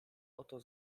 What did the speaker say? oto